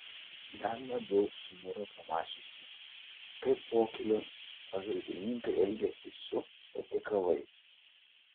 dar labiau sumuro pamačiusi kaip pokylio pagalbininkai elgiasi su patiekalais